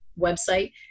website